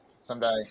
someday